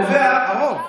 קובע הרוב.